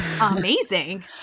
Amazing